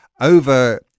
over